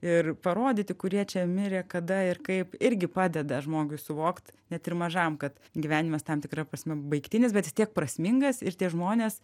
ir parodyti kurie čia mirė kada ir kaip irgi padeda žmogui suvokt net ir mažam kad gyvenimas tam tikra prasme baigtinis bet vis tiek prasmingas ir tie žmonės